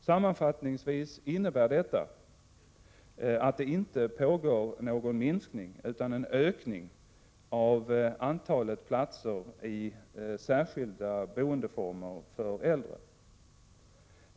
Sammanfattningsvis innebär detta att det inte pågår någon minskning, utan en ökning, av antalet platser i särskilda boendeformer för äldre.